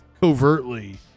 Covertly